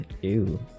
ew